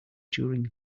during